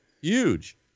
Huge